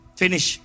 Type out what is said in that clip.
finish